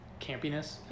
campiness